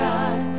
God